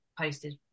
posted